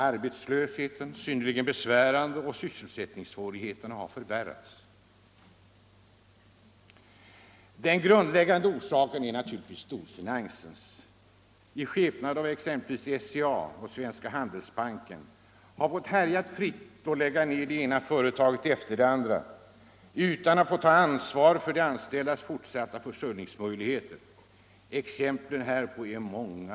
Arbetslösheten har varit synnerligen besvärande och sysselsättningssvårigheterna har bara förvärrats. Den grundläggande orsaken är givetvis att storfinansen i skepnad av exempelvis SCA och Svenska Handelsbanken har fått härja fritt och lägga ned det ena företaget efter det andra utan att ta ansvar för de anställdas fortsatta försörjningsmöjligheter. Exemplen härpå är många.